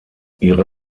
ihre